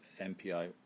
MPI